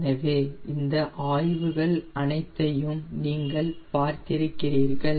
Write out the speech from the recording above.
எனவே இந்த ஆய்வுகள் அனைத்தையும் நீங்கள் பார்த்திருக்கிறீர்கள்